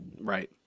Right